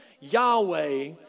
Yahweh